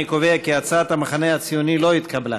אני קובע כי הצעת המחנה הציוני לא התקבלה.